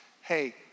hey